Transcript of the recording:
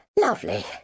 Lovely